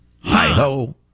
Hi-ho